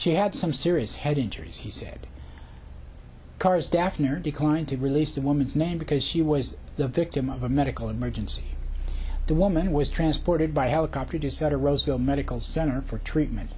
she had some serious head injuries he said carr's death near declined to release the woman's name because she was the victim of a medical emergency the woman was transported by helicopter to set a roseville medical center for treatment